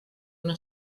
una